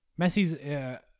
Messi's